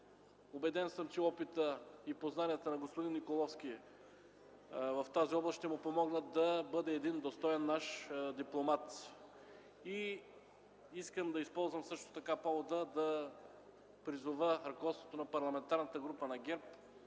Убеден съм, че опитът и познанията на господин Николовски в тази област ще му помогнат да бъде достоен наш дипломат. Също така искам да използвам повода, за да призова ръководството на Парламентарната група на ГЕРБ